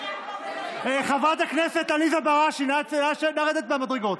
חברת הכנסת עליזה בראשי, נא לרדת מהמדרגות.